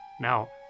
Now